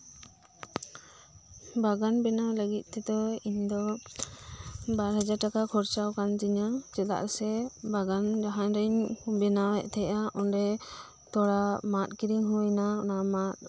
ᱵᱟᱜᱟᱱ ᱵᱮᱱᱟᱣ ᱞᱟᱹᱜᱤᱫ ᱛᱮᱫᱚ ᱤᱧ ᱫᱚ ᱵᱟᱨ ᱦᱟᱡᱟᱨ ᱴᱟᱠᱟ ᱠᱷᱚᱨᱪᱟᱣᱟᱠᱟᱱ ᱛᱤᱧᱟᱹ ᱪᱮᱫᱟᱜ ᱥᱮ ᱵᱟᱜᱟᱱ ᱡᱟᱦᱟᱸᱨᱤᱧ ᱵᱮᱱᱟᱣᱮᱫ ᱛᱟᱦᱮᱱᱟ ᱚᱸᱰᱮ ᱛᱷᱚᱲᱟ ᱢᱟᱫ ᱠᱤᱨᱤᱧ ᱦᱳᱭ ᱮᱱᱟ ᱚᱱᱟ ᱢᱟᱫ